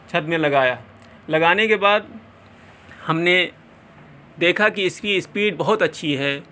چھت میں لگایا لگانے کے بعد ہم نے دیکھا کہ اس کی اسپیڈ بہت اچھی ہے